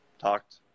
Talked